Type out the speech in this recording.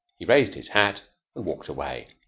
he raised his hat and walked away.